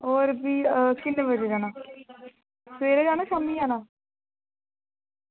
और फ्ही किन्ने बजे जाना सवेरै जाना शाम्मी जाना